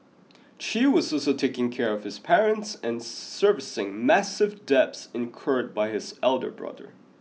Chew was also taking care of his parents and servicing massive debts incurred by his elder brother